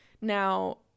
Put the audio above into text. Now